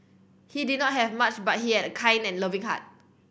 he did not have much but he had a kind and loving heart